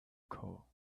corral